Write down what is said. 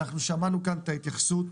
שמענו את ההתייחסות,